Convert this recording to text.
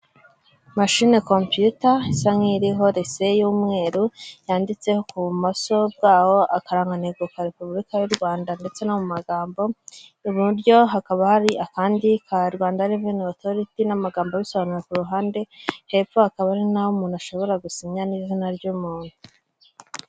Mashine kompiyuta isa nk'iriho rese y'umweru yanditse ku bumoso bwaho, akarangantego ka repubulika y'u Rwanda ndetse no mu magambo, ibuburyo hakaba hari akandi ka Rwanda reveni otoriti n'amagambo abisobanura ku ruhande, hepfo hakaba hari n'aho umuntu ashobora gusinya n'izina ry'umuntu.